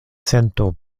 sento